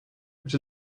which